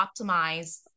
optimize